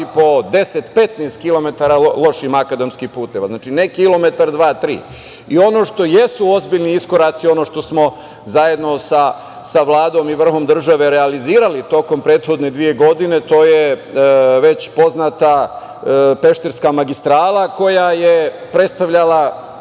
po 10, 15 kilometara loših akademskih puteva. Znači, ne kilometar, dva, tri. Ono što jesu ozbiljni iskoraci, ono što smo zajedno sa Vladom i vrhom države realizovali tokom prethodne dve godine, to je već poznata Pešterska magistrala, koja je predstavlja